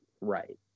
right